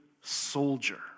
soldier